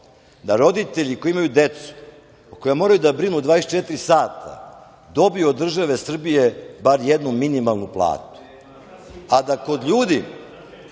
da roditelji koji imaju decu o kojima moraju da brinu 24 sata dobiju od države Srbije bar jednu minimalnu platu, a da kod ljudi